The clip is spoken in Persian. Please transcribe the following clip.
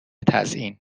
تزیین